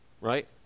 Right